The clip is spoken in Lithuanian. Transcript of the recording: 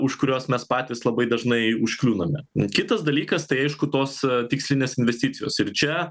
už kurios mes patys labai dažnai užkliūname kitas dalykas tai aišku tos tikslinės investicijos ir čia